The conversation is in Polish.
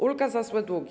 Ulga za złe długi.